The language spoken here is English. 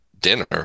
dinner